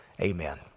amen